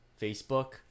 facebook